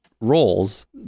roles